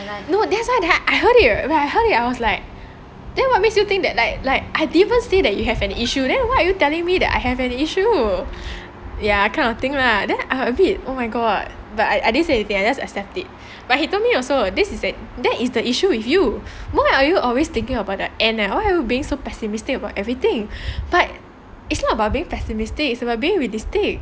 no that's why when I heard it right when I heard it I was like then what makes you think that like like I didn't even say that you have an issue then why are you telling me that I have an issue ya kind of thing lah then a bit oh my god but I didn't say anything I just accept it but he told me also this is that is the issue with you why are you always thinking about the end any why are you being so pessimistic about everything but it's not about being pessimistic it's about being realistic